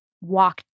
walk